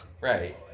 Right